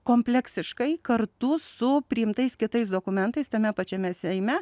kompleksiškai kartu su priimtais kitais dokumentais tame pačiame seime